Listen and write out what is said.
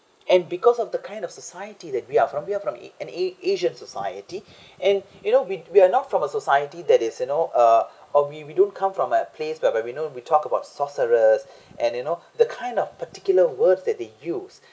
and because of the kind of society that we are from we are from a an a asian society and you know we we're not from a society that is you know uh or we we don't come from a place whereby we know we talk about sorceress and you know the kind of particular words that they use